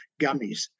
gummies